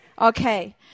Okay